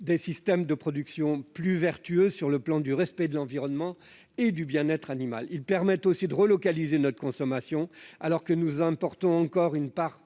des systèmes de production plus vertueux en termes de respect de l'environnement et du bien-être animal. Ils permettent aussi de relocaliser notre consommation, alors que nous importons une part